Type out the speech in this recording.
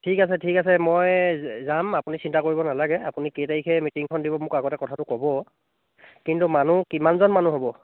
ঠিক আছে ঠিক আছে মই যাম আপুনি চিন্তা কৰিব নালাগে আপুনি কেই তাৰিখে মিটিংখন দিব মোক আগতে কথাটো ক'ব কিন্তু মানুহ কিমানজন মানুহ হ'ব